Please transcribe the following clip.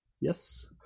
yes